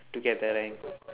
to get the rank